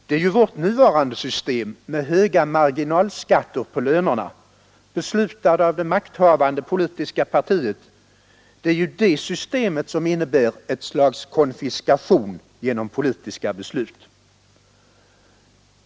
Det är ju vårt nuvarande system med höga marginalskatter på lönerna, beslutade av det makthavande politiska partiet, som innebär ”ett slags konfiskation” genom politiska beslut.